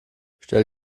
stell